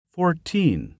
Fourteen